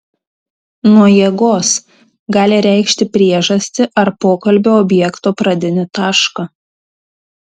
nuo jėgos gali reikšti priežastį ar pokalbio objekto pradinį tašką